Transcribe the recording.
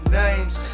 names